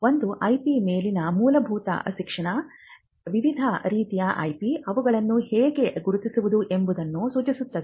ಒಂದು IP ಮೇಲಿನ ಮೂಲಭೂತ ಶಿಕ್ಷಣ ವಿವಿಧ ರೀತಿಯ IP ಅವುಗಳನ್ನು ಹೇಗೆ ಗುರುತಿಸುವುದು ಎಂಬುದನ್ನು ಸೂಚಿಸುತ್ತದೆ